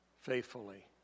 faithfully